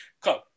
Come